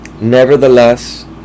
nevertheless